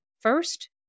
first